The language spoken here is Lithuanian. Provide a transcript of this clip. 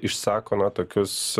išsako na tokius